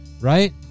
Right